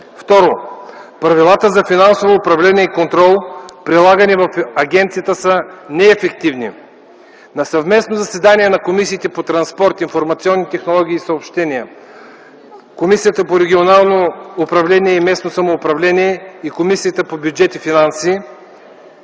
Второ, правилата за финансово управление и контрол, прилагани в агенцията, са неефективни. На съвместно заседание на комисиите по транспорт, информационни технологии и съобщения, по регионална политика и местно самоуправление и по бюджет и финанси